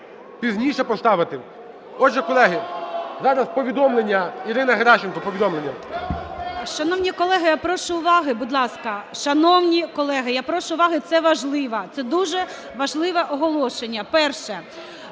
пізніше поставити. Отже, колеги, зараз повідомлення. Ірина Геращенко, повідомлення. 11:50:45 ГЕРАЩЕНКО І.В. Шановні колеги, я прошу уваги, будь ласка. Шановні колеги, я прошу уваги. Це важливо. Це дуже важливе оголошення. Перше,